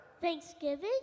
Thanksgiving